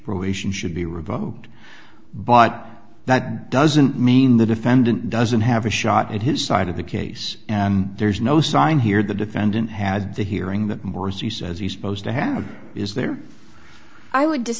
probation should be revoked but that doesn't mean the defendant doesn't have a shot at his side of the case and there's no sign here the defendant had the hearing that morsi says he's supposed to have is there i would